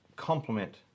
complement